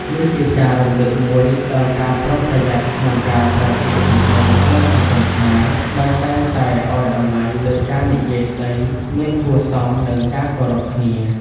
នេះជាការរំលឹកមួយដល់ការប្រុងប្រយ័ត្នក្នុងការប្រើពាក្យសម្តីក្នុងសង្គមខ្មែរ ដែលតែងតែឱ្យតម្លៃលើការនិយាយស្ដីមានគួរសម និងការគោរពគ្នា។